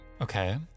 Okay